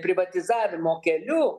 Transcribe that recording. privatizavimo keliu